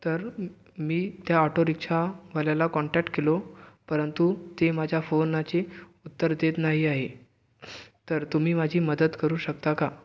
तर मी त्या आटो रिक्षावाल्याला कॉन्टॅक्ट केलो परंतु ते माझ्या फोनाचे उत्तर देत नाही आहे तर तुम्ही माझी मदत करू शकता का